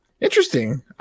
Interesting